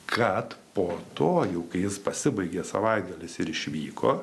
kad po to jau kai jis pasibaigė savaitgalis ir išvyko